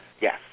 Yes